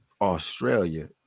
australia